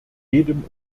jedem